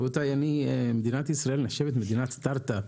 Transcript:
רבותי, מדינת ישראל נחשבת מדינת סטארטאפ,